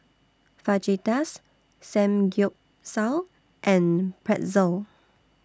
Fajitas Samgyeopsal and Pretzel